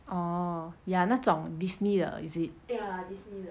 orh ya 那种 Disney 的 is it